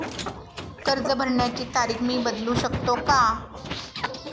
कर्ज भरण्याची तारीख मी बदलू शकतो का?